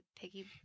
piggy